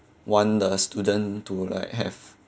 want the student to like have